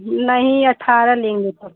नही अट्ठारह लेंगे तो